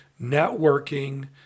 networking